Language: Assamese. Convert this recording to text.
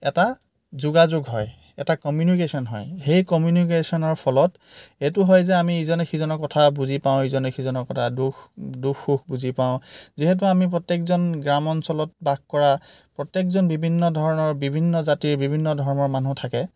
এটা যোগাযোগ হয় এটা কমিউনিকেচন হয় সেই কমিউনিকেচনৰ ফলত এইটো হয় যে আমি ইজনে সিজনৰ কথা বুজি পাওঁ ইজনে সিজনৰ কথা দুখ দুখ সুখ বুজি পাওঁ যিহেতু আমি প্ৰত্যেকজন গ্ৰাম্যঞ্চলত বাস কৰা প্ৰত্যেকজন বিভিন্ন ধৰণৰ বিভিন্ন জাতিৰ বিভিন্ন ধৰ্মৰ মানুহ থাকে